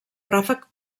ràfec